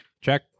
Check